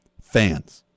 Fans